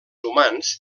humans